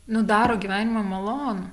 nu daro gyvenimą malonų